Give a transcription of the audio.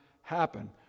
happen